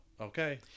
okay